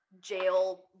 jail